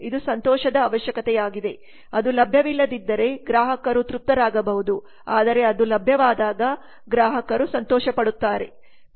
ಇದು ಸಂತೋಷದ ಅವಶ್ಯಕತೆಯಾಗಿದೆ ಅದು ಲಭ್ಯವಿಲ್ಲದಿದ್ದರೆ ಗ್ರಾಹಕರು ತೃಪ್ತರಾಗಬಹುದು ಆದರೆ ಅದು ಲಭ್ಯವಾದಾಗ ಗ್ರಾಹಕರು ಸಂತೋಷಪಡುತ್ತಾರೆ